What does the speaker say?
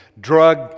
drug